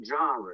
genre